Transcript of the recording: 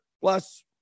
plus